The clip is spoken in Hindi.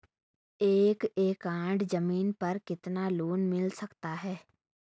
एक एकड़ जमीन पर कितना लोन मिल सकता है?